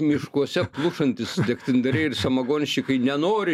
miškuose plušantys degtindariai ir samagonščikai nenori